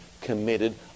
committed